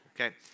Okay